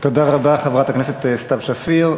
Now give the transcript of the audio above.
תודה רבה, חברת הכנסת סתיו שפיר.